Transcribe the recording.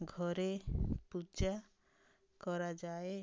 ଘରେ ପୂଜା କରାଯାଏ